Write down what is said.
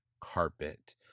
carpet